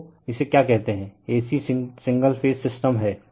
तो इसे क्या कहते हैं AC सिग्नल फेज सिस्टम हैं